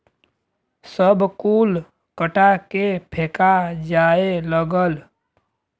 सब कुल कटा के फेका जाए लगल